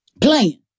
playing